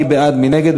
מי בעד, מי נגד?